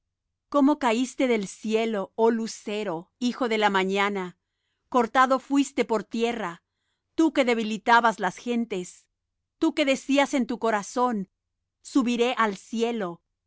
cómo caiste del cielo oh lucero hijo de la mañana cortado fuiste por tierra tú que debilitabas las gentes tú que decías en tu corazón subiré al cielo en